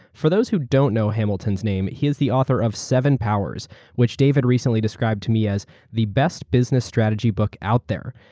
for those who don't know hamilton's name, he is the author of seven powers which, david recently described to me as the best business strategy book out there.